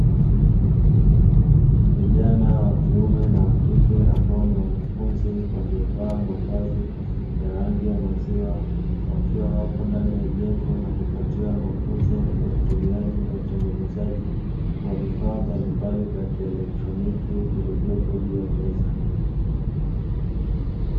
Vijana wakiume na wakike ambao ni wanafunzi waliovalia mavazi ya rangi ya maziwa, wakiwa wapo ndani ya jengo wakipatiwa mafunzo wa utumiaji na utengenezaji wa vifaa mbalimbali vya kieletroniki vilivyopo juu ya meza.